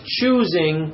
choosing